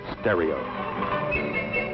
stereo